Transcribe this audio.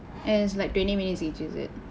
and it's like twenty minutes each is it